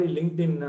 LinkedIn